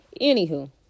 Anywho